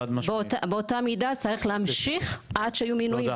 באותה מידה, צריך להמשיך עד שיהיו מינויים.